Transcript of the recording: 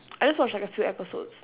I just watched like a few episodes